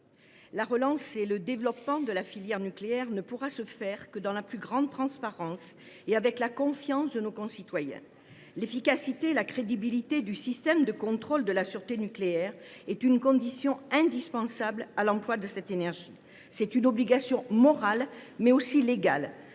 la relance et le développement de la filière nucléaire ne pourront se faire que dans la plus grande transparence et avec la confiance de nos concitoyens. L’efficacité et la crédibilité du système de contrôle de la sûreté nucléaire sont une condition indispensable à l’emploi de cette énergie. C’est une obligation morale, mais aussi légale.